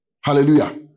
Hallelujah